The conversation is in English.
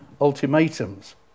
ultimatums